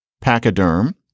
pachyderm